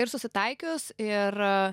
ir susitaikius ir a